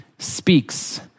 speaks